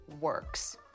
works